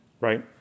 Right